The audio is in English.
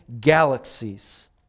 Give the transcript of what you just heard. galaxies